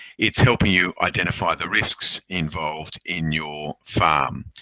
it's helping you identify the risks involved in your farm.